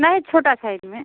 नहीं छोटा साइज में